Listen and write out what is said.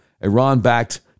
Iran-backed